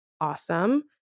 awesome